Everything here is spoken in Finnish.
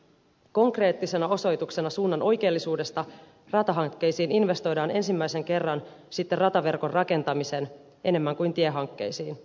konkreettisena osoituksena suunnan oikeellisuudesta ratahankkeisiin investoidaan ensimmäisen kerran sitten rataverkon rakentamisen enemmän kuin tiehankkeisiin